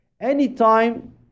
Anytime